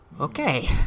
okay